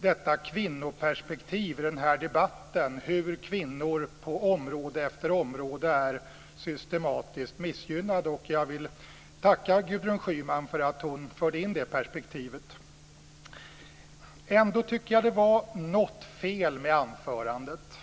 detta kvinnoperspektiv i debatten, hur kvinnor på område efter område är systematiskt missgynnade. Jag vill tacka Gudrun Schyman för att hon förde in det perspektivet. Ändå tycker jag att det var något fel med anförandet.